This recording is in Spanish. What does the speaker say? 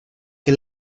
que